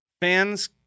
fans